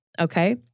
Okay